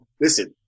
listen